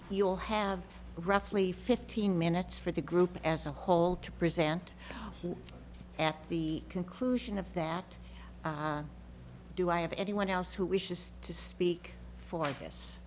will have roughly fifteen minutes for the group as a whole to present at the conclusion of that do i have anyone else who wishes to speak for this